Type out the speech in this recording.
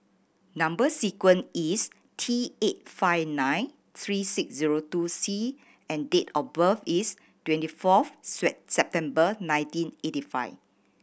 number sequence is T eight five nine three six zero two C and date of birth is twenty fourth September nineteen eighty five